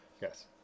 Yes